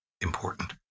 important